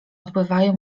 odpływają